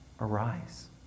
arise